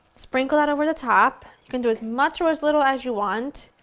sprinkle that over the top. you can do as much or as little as you want.